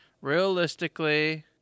Realistically